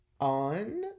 on